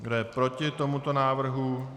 Kdo je proti tomuto návrhu?